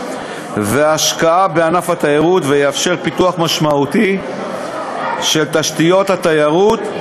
והשקעה בענף התיירות ויאפשר פיתוח משמעותי של תשתיות התיירות,